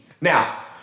Now